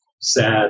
Sad